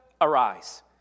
arise